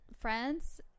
friends